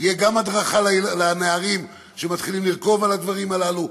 תהיה גם הדרכה לנערים שמתחילים לרכוב על הדברים הללו,